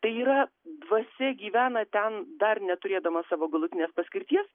tai yra dvasia gyvena ten dar neturėdama savo galutinės paskirties